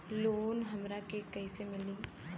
Loan हमरा के कईसे मिली?